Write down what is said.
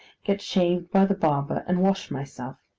get shaved by the barber, and wash myself.